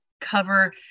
cover